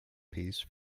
piece